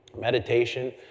Meditation